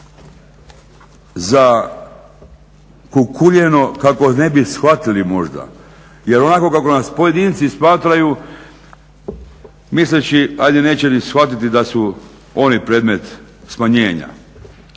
zakukuljeno kako ne bi shvatili možda jel onako kako nas pojedinci smatraju misleći ajde neće ni shvatiti da u oni predmet smanjenja.